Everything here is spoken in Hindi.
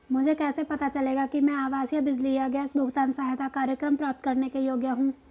मुझे कैसे पता चलेगा कि मैं आवासीय बिजली या गैस भुगतान सहायता कार्यक्रम प्राप्त करने के योग्य हूँ?